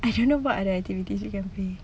I don't know what other activities we can play